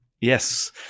Yes